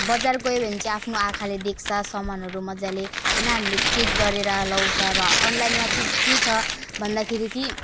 बजार गयोभने चाहिँ आफ्नो आँखाले देख्छ सामानहरू मजाले होइन हामीले चेक गरेर लगाउँछ र अनलाइनमा चाहिँ के छ भन्दाखेरि कि